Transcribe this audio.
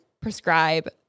prescribe